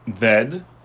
dead